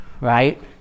right